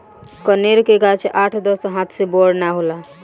कनेर के गाछ आठ दस हाथ से बड़ ना होला